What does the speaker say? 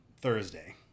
Thursday